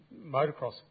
motocross